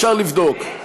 אפשר לבדוק.